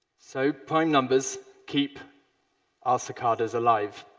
so prime numbers keep our cicadas alive.